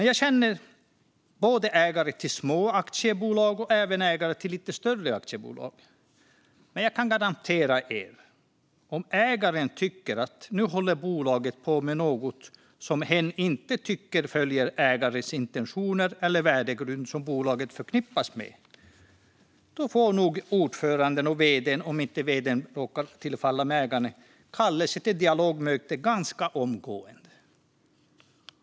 Jag känner dock både ägare av små aktiebolag och ägare till lite större aktiebolag, och jag kan garantera att om ägaren tycker att bolaget håller på med något som hen inte tycker följer ägarens intentioner eller den värdegrund som bolaget förknippas med får nog ordföranden och vd:n, om inte ägaren råkar vara densamma, kallelse till dialogmöte ganska omgående.